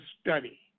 study